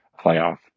playoff